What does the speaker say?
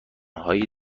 هایی